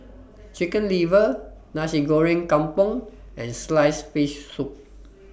Chicken Liver Nasi Goreng Kampung and Sliced Fish Soup